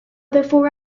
before